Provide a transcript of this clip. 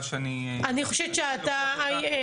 כל משרד בעולם